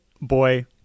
Boy